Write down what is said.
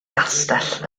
gastell